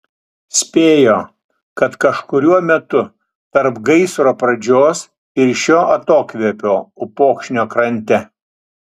spėjo kad kažkuriuo metu tarp gaisro pradžios ir šio atokvėpio upokšnio krante